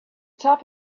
top